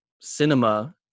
cinema